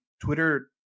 Twitter